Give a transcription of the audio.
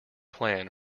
plan